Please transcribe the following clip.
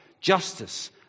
justice